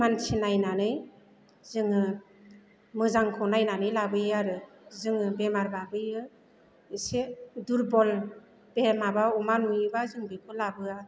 मानसि नायनानै जोङो मोजांखौ नायनानै लाबोयो आरो जोङो बेमारबा बैयो एसे दुरबल देहा माबा अमा नुयोबा जोङो बेखौ लाबोया